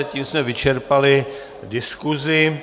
Tím jsme vyčerpali diskusi.